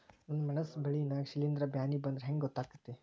ನನ್ ಮೆಣಸ್ ಬೆಳಿ ನಾಗ ಶಿಲೇಂಧ್ರ ಬ್ಯಾನಿ ಬಂದ್ರ ಹೆಂಗ್ ಗೋತಾಗ್ತೆತಿ?